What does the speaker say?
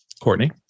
Courtney